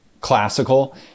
classical